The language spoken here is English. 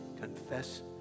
confess